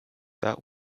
that